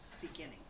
beginning